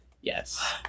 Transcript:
Yes